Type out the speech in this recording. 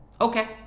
Okay